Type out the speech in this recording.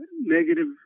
negative